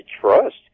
trust